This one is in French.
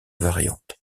variante